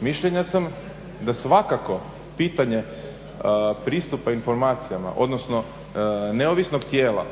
mišljenja sam da svakako pitanje pristupa informacijama odnosno neovisnog tijela